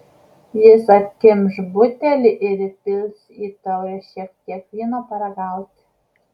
jis atkimš butelį ir įpils į taurę šiek tiek vyno paragauti